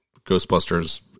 Ghostbusters